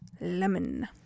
Lemon